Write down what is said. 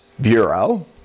Bureau